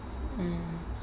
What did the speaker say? hmm